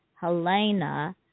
Helena